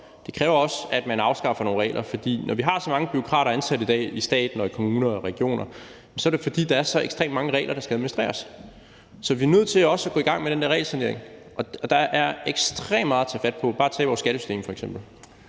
Det kræver også, at man afskaffer nogle regler, for når vi har så mange bureaukrater ansat i dag i stat, kommune og region, er det, fordi der er så ekstremt mange regler, der skal administreres. Så vi er nødt til også at gå i gang med den der regelsanering, og der er ekstremt meget at tage fat på – tag f.eks. bare vores skattesystem. Kl.